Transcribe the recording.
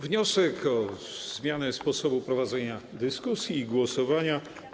Wniosek o zmianę sposobu prowadzenia dyskusji i głosowania.